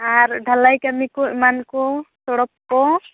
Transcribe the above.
ᱟᱨ ᱰᱷᱟᱞᱟᱭ ᱠᱟᱹᱢᱤ ᱠᱚ ᱮᱢᱟᱱ ᱠᱚ ᱥᱚᱲᱚᱠ ᱠᱚ